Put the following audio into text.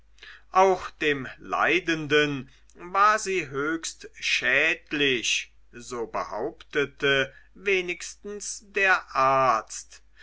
auch dem leidenden war sie höchst schädlich so behauptete wenigstens der arzt